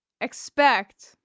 expect